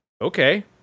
okay